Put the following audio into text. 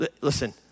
Listen